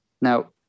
Now